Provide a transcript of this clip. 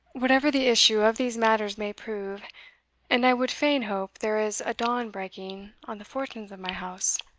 whatever the issue of these matters may prove and i would fain hope there is a dawn breaking on the fortunes of my house,